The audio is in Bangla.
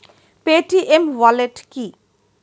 পেটিএম ওয়ালেট কি?